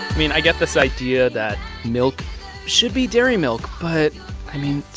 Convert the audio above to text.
mean, i get this idea that milk should be dairy milk. but i mean,